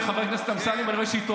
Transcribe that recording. אוה, חבר הכנסת אמסלם, אני רואה שהתעוררת.